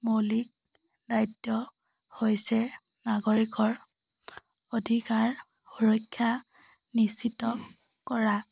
মৌলিক দায়িত্ব হৈছে নাগৰিকৰ অধিকাৰ সুৰক্ষা নিশ্চিত কৰা